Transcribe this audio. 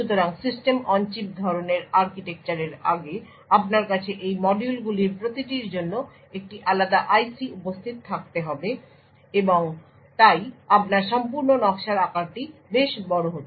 সুতরাং system on chip ধরণের আর্কিটেকচারের আগে আপনার কাছে এই মডিউলগুলির প্রতিটির জন্য একটি আলাদা IC উপস্থিত থাকত হবে এবং তাই আপনার সম্পূর্ণ নকশার আকারটি বেশ বড় হত